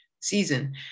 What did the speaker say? season